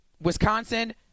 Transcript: Wisconsin